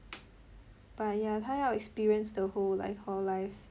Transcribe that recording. but ya 她要 experience the whole like hall life